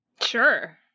Sure